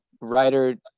writer